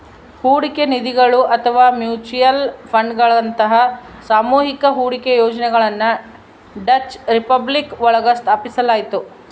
ಹೂಡಿಕೆ ನಿಧಿಗಳು ಅಥವಾ ಮ್ಯೂಚುಯಲ್ ಫಂಡ್ಗಳಂತಹ ಸಾಮೂಹಿಕ ಹೂಡಿಕೆ ಯೋಜನೆಗಳನ್ನ ಡಚ್ ರಿಪಬ್ಲಿಕ್ ಒಳಗ ಸ್ಥಾಪಿಸಲಾಯ್ತು